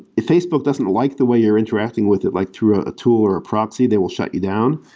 if facebook doesn't like the way you're interacting with it like through ah a tool or a proxy, they will shut you down.